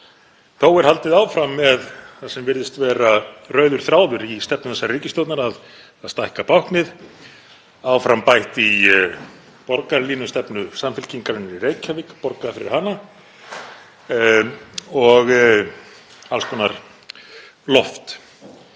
Þó er haldið áfram með það sem virðist vera rauður þráður í stefnu þessarar ríkisstjórnar, að stækka báknið áfram. Bætt er í borgarlínustefnu Samfylkingarinnar í Reykjavík, borgað fyrir hana, og alls konar loft.